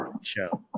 show